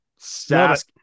Sask